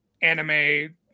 Anime